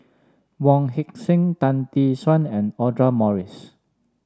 Wong Heck Sing Tan Tee Suan and Audra Morrice